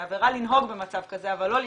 זה עבירה לנהוג במצב כזה אבל לא לשתות.